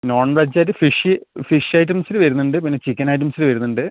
non veg ആയിട്ട് fish fish ഐറ്റംസിൽ വരുന്നുണ്ട് പിന്നെ ചിക്കൻ ഐറ്റംസിൽ വരുന്നുണ്ട്